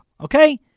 okay